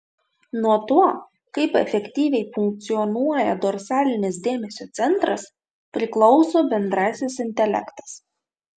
nuo to kaip efektyviai funkcionuoja dorsalinis dėmesio centras priklauso bendrasis intelektas